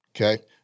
Okay